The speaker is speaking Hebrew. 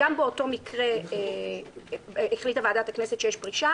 גם באותו מקרה החליטה ועדת הכנסת שיש פרישה.